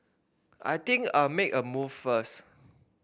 I think I'll make a move first